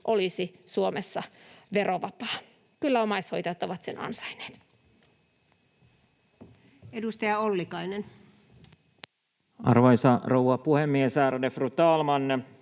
olisi Suomessa verovapaa. Kyllä omaishoitajat ovat sen ansainneet. Edustaja Ollikainen. Arvoisa rouva puhemies, ärade fru talman!